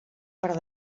per